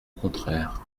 contraire